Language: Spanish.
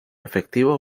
efectivo